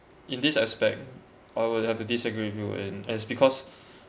in this aspect I would have to disagree with you and as because